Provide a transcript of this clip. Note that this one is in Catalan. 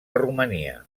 romania